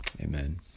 amen